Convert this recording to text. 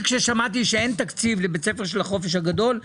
כששמעתי שאין תקציב לבית הספר של החופש הגדול,